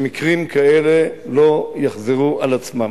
שמקרים כאלה לא יחזרו על עצמם.